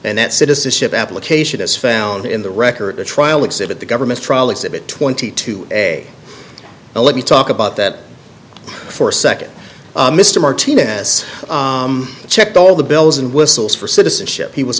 and that citizenship application is found in the record the trial exhibit the government trial exhibit twenty two a a let me talk about that for a second mr martinez checked all the bells and whistles for citizenship he was